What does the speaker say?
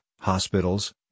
hospitals